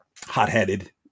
hot-headed